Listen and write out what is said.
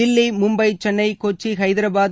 Delhi Mumbai Chennai Kochi Hyderabad